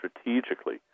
strategically